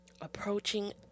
approaching